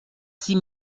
six